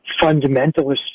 fundamentalist